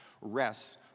rests